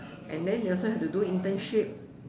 and then they also have to do internship